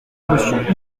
monsieur